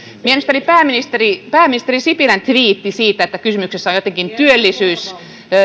mielestäni pääministeri sipilän tviitti siitä että kysymyksessä on jotenkin työllisyys